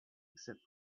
except